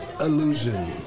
illusion